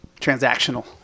transactional